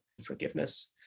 forgiveness